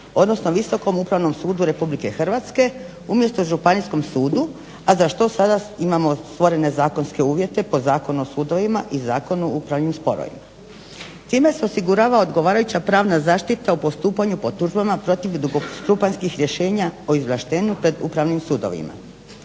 odnosno Visokom upravnom sudu RH umjesto županijskom sudu a za što sada imamo stvorene zakonske uvjete po Zakonu o sudovima i Zakonu o upravnim sporovima. Time se osigurava odgovarajuća pravna zaštita u postupanju po tužbama protiv drugostupanjskih rješenja o izvlaštenju pred upravnim sudovima.